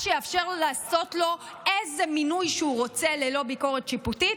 מה שיאפשר לעשות לו איזה מינוי שהוא רוצה ללא ביקורת שיפוטית,